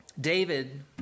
David